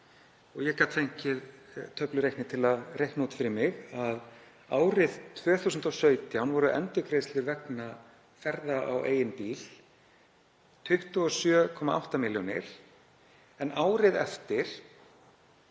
og ég gat fengið töflureikni til að reikna út fyrir mig að árið 2017 voru endurgreiðslur vegna ferða á eigin bíl 27,8 milljónir en árið eftir